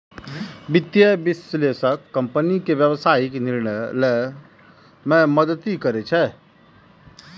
वित्तीय विश्लेषक कंपनी के व्यावसायिक निर्णय लए मे मदति करै छै